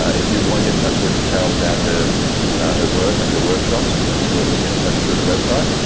if you want to get in touch with carole about her her work, and her workshops, absolutely get in touch through the website.